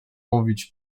mówić